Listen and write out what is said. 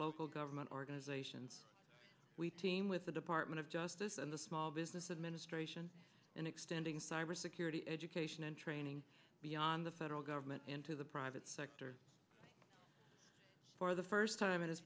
local government organizations we team with the department of justice and the small business administration and extending cybersecurity education and training beyond the federal government into the private sector for the first time